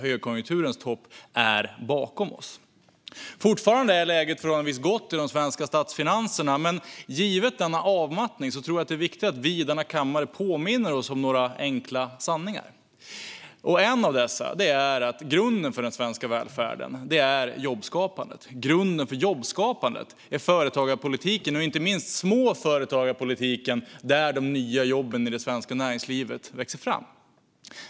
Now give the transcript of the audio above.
Högkonjunkturens topp är bakom oss. Fortfarande är läget förhållandevis gott i de svenska statsfinanserna, men givet denna avmattning tror jag att det är viktigt att vi i denna kammare påminner oss om några enkla sanningar. Den första av dessa sanningar är att grunden för den svenska välfärden är jobbskapandet. Grunden för jobbskapandet är företagarpolitiken och inte minst småföretagarpolitiken där de nya jobben i det svenska näringslivet växer fram.